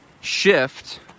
shift